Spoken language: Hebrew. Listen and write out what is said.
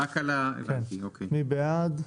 מי בעד?